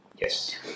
Yes